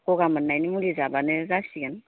ग'गा मोननायनि मुलि जाबानो जासिगोन